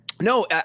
no